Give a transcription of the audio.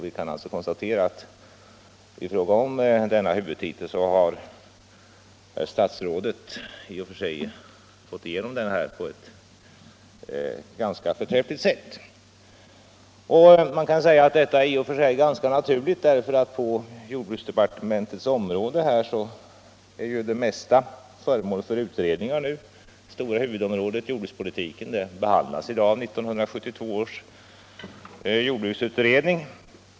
Vi kan konstatera att i fråga om denna huvudtitel har herr statsrådet fått igenom sina förslag på ett ganska förträffligt sätt. Detta är i och för sig ganska naturligt därför att på jordbruksdepartementets område är det mesta föremål för utredningar. Huvudfrågan, jordbrukspolitiken, behandlas av 1972 års jordbruksutredning.